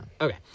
Okay